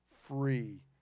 free